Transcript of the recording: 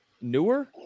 Newer